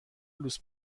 لوس